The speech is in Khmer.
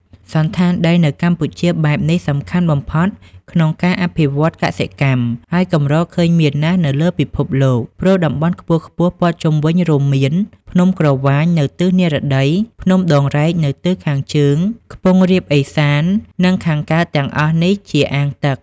សណ្ឋានដីនៅកម្ពុជាបែបនេះសំខាន់បំផុតក្នុងការអភិវឌ្ឍន៍កសិកម្ម ហើយកម្រឃើញមានណាស់នៅលើពិភពលោក ព្រោះតំបន់ខ្ពស់ៗព័ទ្ធជំវិញរួមមាន ភ្នំក្រវាញ នៅទិសនិរតី ភ្នំដងរែកនៅទិសខាងជើងខ្ពង់រាបឦសាន និងខាងកើតទាំងអស់នេះជាអាងទឹក។